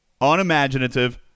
unimaginative